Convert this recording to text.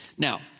Now